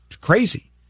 crazy